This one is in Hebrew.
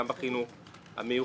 גם בחינוך המיוחד.